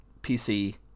PC –